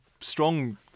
strong